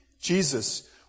Jesus